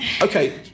okay